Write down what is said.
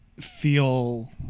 feel